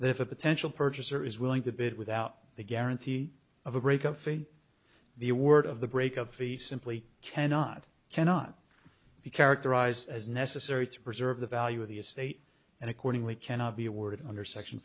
that if a potential purchaser is willing to bid without the guarantee of a break of faith the word of the break of three simply cannot cannot be characterized as necessary to preserve the value of the estate and accordingly cannot be awarded under section